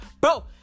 Bro